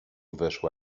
weszła